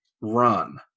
run